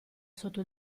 sotto